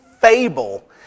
fable